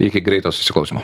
iki greito susiklausymo